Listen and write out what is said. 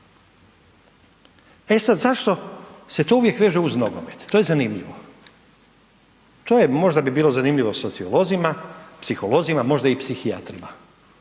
E sad zašto se to uvijek veže uz nogomet, to je zanimljivo, to je, možda bi bilo zanimljivo sociolozima, psiholozima, možda i psihijatrima,